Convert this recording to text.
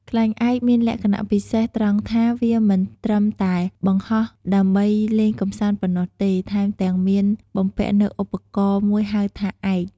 ខ្លែងឯកមានលក្ខណៈពិសេសត្រង់ថា វាមិនត្រឹមតែបង្ហោះដើម្បីលេងកម្សាន្តប៉ុណ្ណោះទេ ថែមទាំងមានបំពាក់នូវឧបករណ៍មួយហៅថា ឯក។